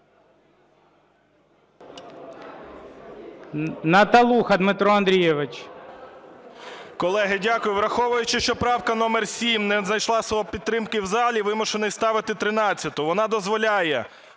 Наталуха Дмитро Андрійович.